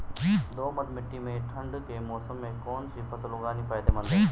दोमट्ट मिट्टी में ठंड के मौसम में कौन सी फसल उगानी फायदेमंद है?